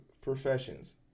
professions